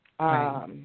Right